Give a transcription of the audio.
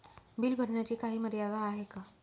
Bill भरण्याची काही मर्यादा आहे का?